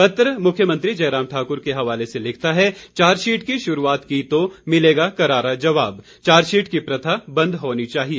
पत्र मुख्यमंत्री जयराम ठाकुर के हवाले से लिखता है चार्जशीट की शुरूआत की तो मिलेगा करार जवाब चार्जशीट की प्रथा बंद होनी चाहिए